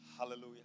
Hallelujah